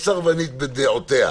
סרבנית בדעותיה,